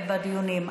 בדיונים,